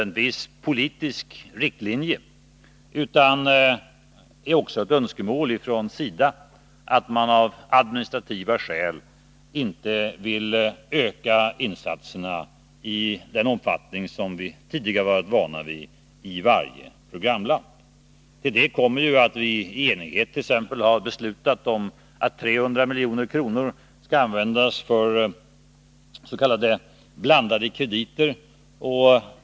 Det är också ett önskemål från SIDA att av administrativa skäl inte öka insatserna i varje programland i den omfattning som vi tidigare varit vana vid. Till detta kommer t.ex. att vi i enighet har beslutat om att 300 milj.kr. skall användas för s.k. blandade krediter.